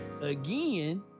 again